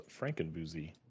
Frankenboozy